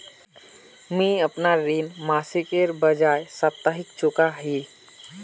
मुईअपना ऋण मासिकेर बजाय साप्ताहिक चुका ही